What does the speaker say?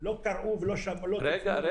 הפרוטוקול נהנה מהשאלה שלי.